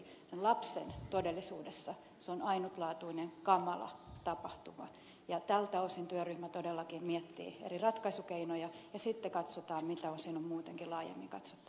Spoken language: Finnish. sen lapsen todellisuudessa se on ainutlaatuinen kamala tapahtuma ja tältä osin työryhmä todellakin miettii eri ratkaisukeinoja ja sitten katsotaan miltä osin muiden keilaaja mika t